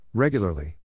Regularly